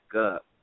Up